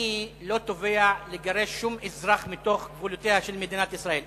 אני לא תובע לגרש שום אזרח מתוך גבולותיה של מדינת ישראל,